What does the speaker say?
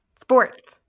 Sports